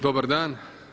Dobar dan.